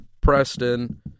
Preston